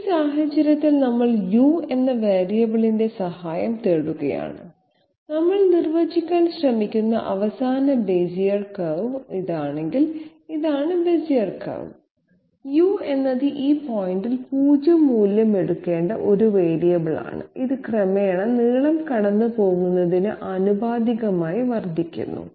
ഈ സാഹചര്യത്തിൽ നമ്മൾ u എന്ന വേരിയബിളിന്റെ സഹായം തേടുകയാണ് നമ്മൾ നിർവചിക്കാൻ ശ്രമിക്കുന്ന അവസാന ബെസിയർ കർവ് ഇതാണെങ്കിൽ ഇതാണ് ബെസിയർ കർവ് u എന്നത് ഈ പോയിന്റിൽ 0 മൂല്യം എടുക്കേണ്ട ഒരു വേരിയബിളാണ് ഇത് ക്രമേണ നീളം കടന്നുപോകുന്നതിനു ആനുപാതികമായി വർദ്ധിക്കുന്നു